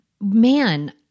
man